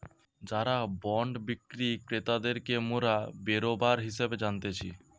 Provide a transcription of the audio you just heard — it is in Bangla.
যারা বন্ড বিক্রি ক্রেতাদেরকে মোরা বেরোবার হিসেবে জানতিছে